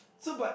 so but